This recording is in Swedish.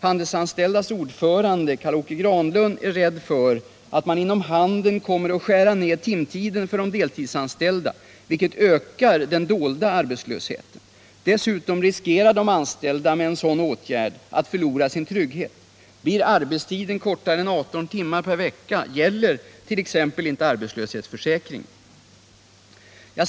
Handelsanställdas ordförande Karl-Åke Granlund är rädd för att man inom handeln kommer att skära ned timtiden för de deltidsanställda, vilket ökar den dolda arbetslösheten. Dessutom riskerar de anställda med en sådan åtgärd att förlora sin trygghet. Blir arbetstiden kortare än 18 timmar per vecka gäller t.ex. inte arbetslöshetsförsäkringen.